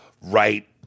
right